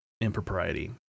impropriety